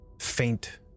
faint